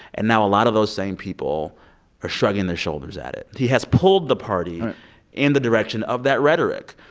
and now a lot of those same people are shrugging their shoulders at it. he has pulled the party in the direction of that rhetoric.